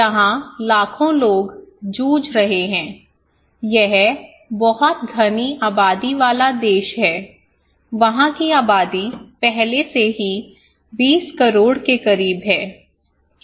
यहां लाखों लोग जूझ रहे हैं यह बहुत घनी आबादी वाला देश है वहां की आबादी पहले से ही 20 करोड़ के करीब है